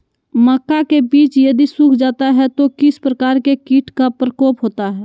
मक्का के बिज यदि सुख जाता है तो किस प्रकार के कीट का प्रकोप होता है?